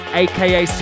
aka